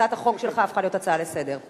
הצעת החוק שלך הפכה להיות הצעה לסדר-היום.